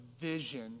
vision